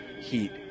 heat